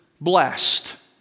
blessed